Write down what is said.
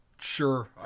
Sure